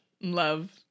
Love